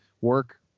work